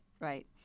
Right